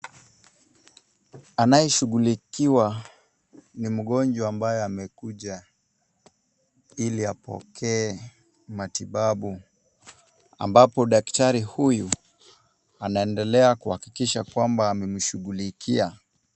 Anayeshughulikiwa ni mgonjwa ambaye amekuja ili apokee matibabu ambapo daktari huyu anaendelea kuhakikisha kwamba amemshughulikia.